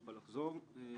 נוכל לחזור עליהם,